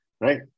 Right